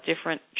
different